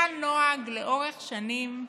היה נוהג, לאורך שנים,